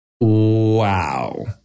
Wow